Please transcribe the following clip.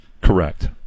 Correct